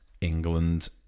England